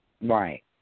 Right